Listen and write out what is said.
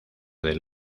del